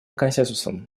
консенсусом